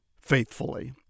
faithfully